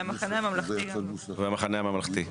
והמחנה הממלכתי.